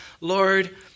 Lord